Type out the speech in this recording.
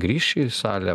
grįš į salę